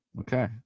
Okay